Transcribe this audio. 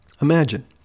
Imagine